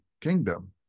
kingdom